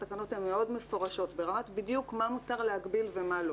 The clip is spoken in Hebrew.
התקנות הן מאוד מפורשות ברמת בדיוק מה מותר להגביל ומה לא,